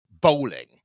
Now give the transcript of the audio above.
bowling